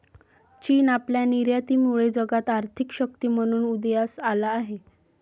चीन आपल्या निर्यातीमुळे जगात आर्थिक शक्ती म्हणून उदयास आला आहे